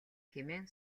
хэмээн